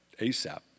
ASAP